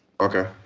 Okay